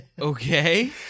Okay